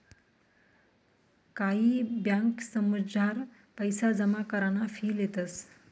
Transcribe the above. कायी ब्यांकसमझार पैसा जमा कराना फी लेतंस